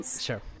sure